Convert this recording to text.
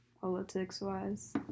politics-wise